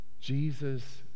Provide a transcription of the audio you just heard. Jesus